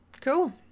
Cool